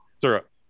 Syrup